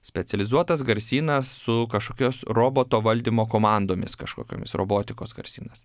specializuotas garsynas su kažkokios roboto valdymo komandomis kažkokiomis robotikos garsynas